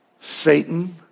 Satan